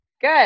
Good